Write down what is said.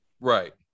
Right